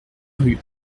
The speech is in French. rue